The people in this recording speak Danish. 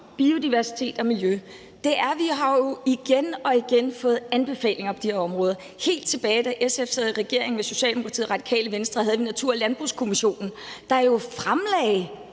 biodiversitet og miljø – går på, at vi jo igen og igen har fået anbefalinger på de her områder. Helt tilbage, da SF sad i regering med Socialdemokratiet og Radikale Venstre, havde vi Natur- og Landbrugskommissionen, der jo fremlagde